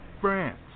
France